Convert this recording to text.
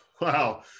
wow